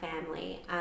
family